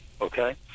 Okay